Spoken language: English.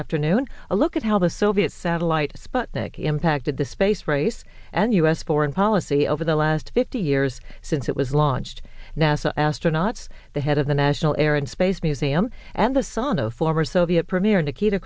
afternoon a look at how the soviet satellite sputnik impacted the space race and u s foreign policy over the last fifty years since it was launched nasa astronaut the head of the national air and space museum and the son of former soviet premier